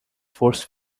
force